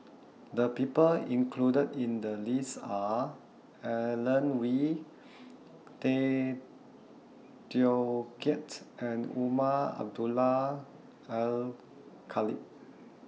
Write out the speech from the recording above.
The People included in The list Are Alan Oei Tay Teow Kiat and Umar Abdullah Al Khatib